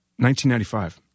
1995